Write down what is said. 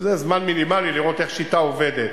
שזה זמן מינימלי לראות איך שיטה עובדת,